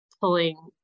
pulling